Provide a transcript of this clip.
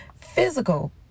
physical